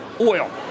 Oil